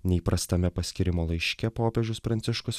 neįprastame paskyrimo laiške popiežius pranciškus